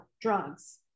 drugs